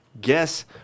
Guess